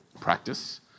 practice